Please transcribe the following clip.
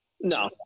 no